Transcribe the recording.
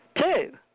Two